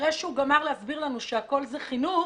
אחרי שהוא גמר להסביר לנו שהכול זה חינוך,